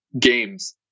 games